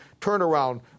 turnaround